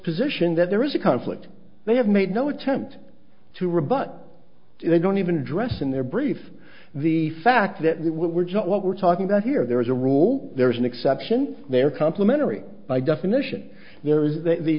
position that there is a conflict they have made no attempt to rebut it they don't even address in their brief the fact that we're just what we're talking about here there is a rule there's an exception they are complimentary by definition there is that the